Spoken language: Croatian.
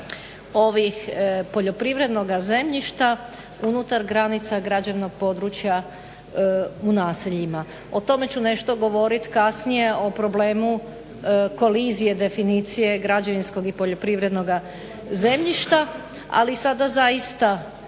ovog poljoprivrednoga zemljišta unutar granica građevnog područja u naseljima. O tome ću nešto govoriti kasnije o problemu kolizije definicije građevinskog i poljoprivrednoga zemljišta, ali sada zaista